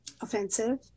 offensive